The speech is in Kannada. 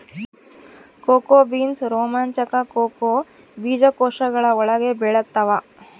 ಕೋಕೋ ಬೀನ್ಸ್ ರೋಮಾಂಚಕ ಕೋಕೋ ಬೀಜಕೋಶಗಳ ಒಳಗೆ ಬೆಳೆತ್ತವ